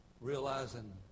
realizing